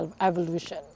evolution